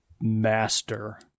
Master